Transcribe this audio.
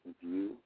view